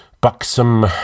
buxom